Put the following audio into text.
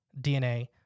DNA